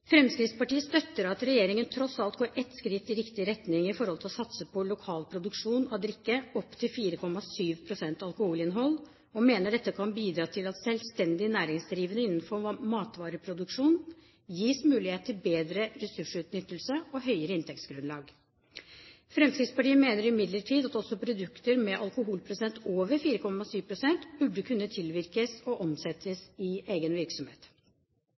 Fremskrittspartiet støtter at regjeringen tross alt går ett skritt i riktig retning i forhold til å satse på lokal produksjon av drikke opp til 4,7 pst. alkoholinnhold, og mener dette kan bidra til at selvstendig næringsdrivende innenfor matvareproduksjon gis muligheter til bedre ressursutnyttelse og høyere inntektsgrunnlag. Fremskrittspartiet mener imidlertid at også produkter med alkoholprosent over 4,7 burde kunne tilvirkes og omsettes i egen virksomhet.